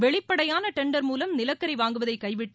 வெளிப்படையான டென்டர் மூலம் நிலக்கரி வாங்குவதை கைவிட்டு